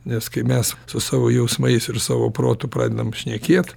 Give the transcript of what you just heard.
nes kai mes su savo jausmais ir savo protu pradedam šnekėt